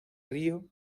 río